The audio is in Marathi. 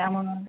त्यामणून